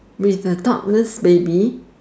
with the topless baby